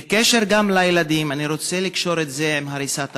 בקשר לילדים, אני רוצה לקשור את זה להריסת הבתים.